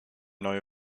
neue